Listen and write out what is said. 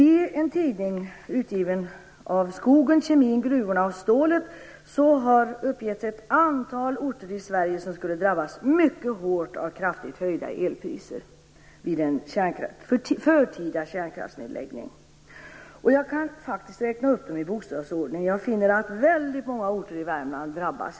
I en tidning utgiven av skogen, kemin, gruvorna och stålet har uppgetts ett antal orter i Sverige som skulle drabbas mycket hårt av kraftigt höjda elpriser vid en förtida kärnkraftsnedläggning. Jag kan faktiskt räkna upp dem i bokstavsordning, och jag finner att väldigt många orter i Värmland drabbas.